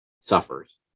suffers